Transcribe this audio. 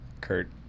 Kurt